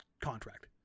contract